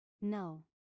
No